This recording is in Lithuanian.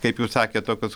kaip jūs sakėt tokius